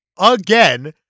again